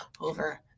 over